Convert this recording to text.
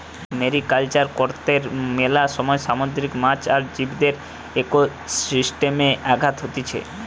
mariculture কর্তে মেলা সময় সামুদ্রিক মাছ আর জীবদের একোসিস্টেমে আঘাত হতিছে